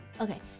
Okay